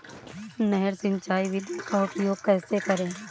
नहर सिंचाई विधि का उपयोग कैसे करें?